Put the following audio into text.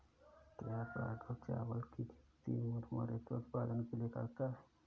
क्या राघव चावल की खेती मुरमुरे के उत्पाद के लिए करता है?